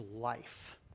life